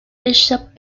échappe